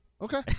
Okay